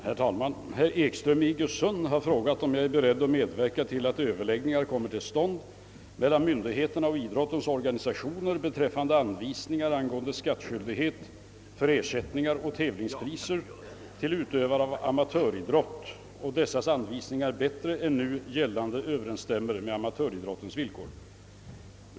Herr talman! Herr Ekström i Iggesund har frågat, om jag är beredd att medverka till att överläggningar kommer till stånd mellan berörda myndigheter och idrottens organisationer beträffande sådana anvisningar angående skattskyldighet för ersättningar och tävlingspriser till utövare av amatöridrott, att dessa anvisningar bättre än de nu gällande överensstämmer med amatöridrottens villkor.